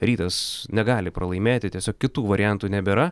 rytas negali pralaimėti tiesiog kitų variantų nebėra